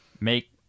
make